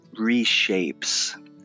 reshapes